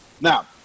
Now